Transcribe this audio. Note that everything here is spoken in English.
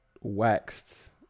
waxed